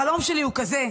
החלום שלי הוא כזה,